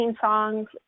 songs